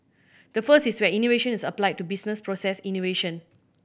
the first is where innovation is applied to business process innovation